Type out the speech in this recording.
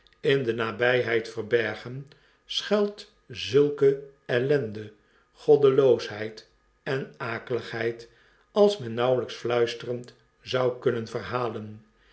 in de nabrjheid verbergen schuilt zulke ellende goddelobsheid en akeligheid als men nauwelijks fluisterend zou kunnen verhalen